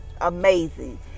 amazing